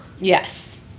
Yes